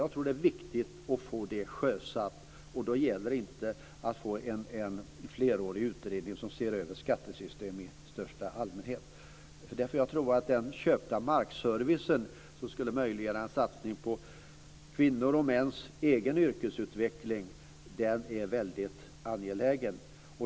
Jag tror att det är viktigt att få reformen sjösatt, och då gäller det inte att få en flerårig utredning som ser över skattesystem i största allmänhet, för jag tror att den köpta markservicen, som skulle möjliggöra en satsning på kvinnors och mäns egen yrkesutveckling, är väldigt angelägen.